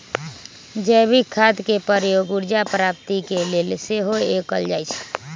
जैविक खाद के प्रयोग ऊर्जा प्राप्ति के लेल सेहो कएल जाइ छइ